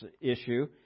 issue